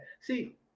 See